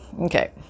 okay